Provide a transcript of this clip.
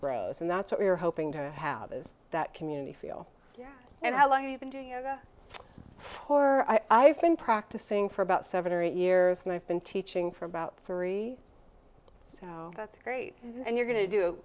grows and that's what we're hoping to have is that community feel and how long you've been doing it for i've been practicing for about seven or eight years and i've been teaching for about three that's great and you're going to do